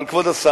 אבל, כבוד השר,